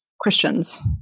Christians